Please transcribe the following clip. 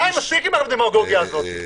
די, מספיק עם הדמגוגיה הזאת.